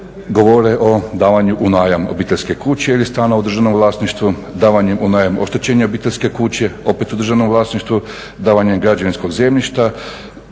govore o davanju u najam obiteljske kuće ili … u državnom vlasništvu davanjem u najam oštećene obiteljske kuće, opet u državnom vlasništvu, davanje građevinskog zemljišta